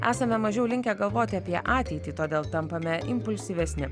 esame mažiau linkę galvoti apie ateitį todėl tampame impulsyvesni